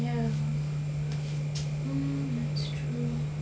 ya mm